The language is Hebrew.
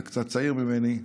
אתה קצת צעיר ממני,